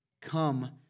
Come